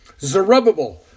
Zerubbabel